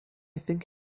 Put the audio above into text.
think